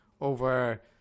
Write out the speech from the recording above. over